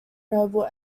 noble